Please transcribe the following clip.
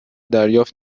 دریافت